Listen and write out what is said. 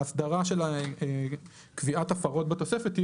אבל האסדרה של קביעת הפרות בתוספת,